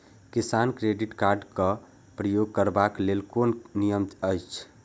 किसान credit card क प्रयोग करबाक लेल कोन नियम अछि?